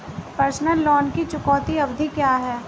Personal loan की चुकौती अवधि क्या है?